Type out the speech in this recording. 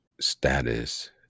status